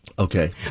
Okay